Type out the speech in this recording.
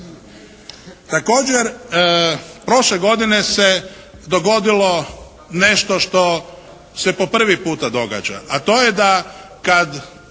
Također prošle godine se dogodilo nešto što se po prvi puta događa. A to je da kad,